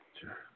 Sure